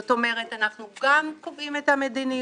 זאת אומרת אנחנו גם קובעים את המדיניות,